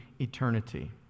eternity